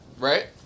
Right